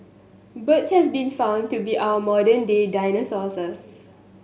birds have been found to be our modern day dinosaurs